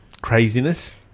craziness